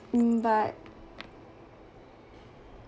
mm but